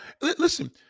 listen